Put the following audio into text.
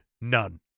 None